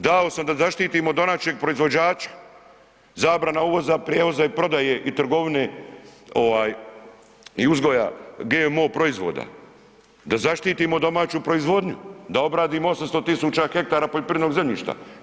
Dao sam da zaštitimo domaćeg proizvođača, zabrana uvoza, prijevoza i prodaje i trgovine ovaj i uzgoja GMO proizvoda, da zaštitimo domaću proizvodnju, da obradimo 800 000 hektara poljoprivrednog zemljišta.